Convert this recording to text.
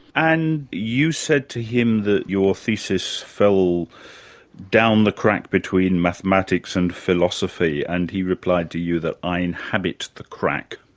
and, you said to him that your thesis fell down the crack between mathematics and philosophy, and he replied to you that, i inhabit the crack.